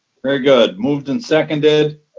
very good, moved and seconded.